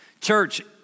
Church